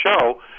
show